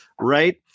right